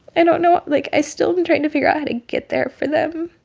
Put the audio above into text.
i don't know. like, i still am trying to figure out how to get there for them